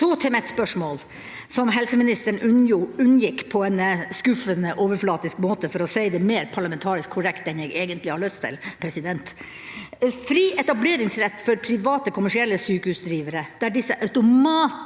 Så til mitt spørsmål, som helseministeren unngikk på en skuffende overflatisk måte, for å si det mer parlamentarisk korrekt enn jeg egentlig har lyst til. Fri etableringsrett for private kommersielle sykehusdrivere, der disse automatisk